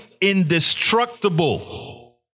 indestructible